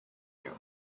you